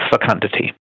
fecundity